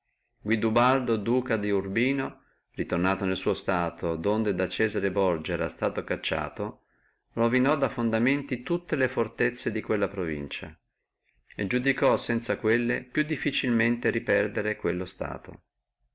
guido ubaldo duca di urbino ritornato nella sua dominazione donde da cesare borgia era suto cacciato ruinò funditus tutte le fortezze di quella provincia e iudicò sanza quelle più difficilmente riperdere quello stato